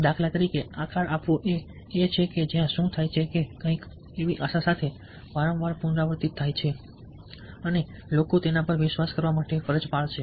દાખલા તરીકે આકાર આપવો એ છે કે જ્યાં શું થાય છે કે કંઈક એવી આશા સાથે વારંવાર પુનરાવર્તિત થાય છે કે લોકો તેના પર વિશ્વાસ કરવા માટે ફરજ પાડશે